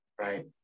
right